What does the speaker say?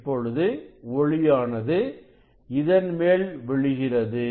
இப்பொழுது ஒளியானது இதன் மேல் விழுகிறது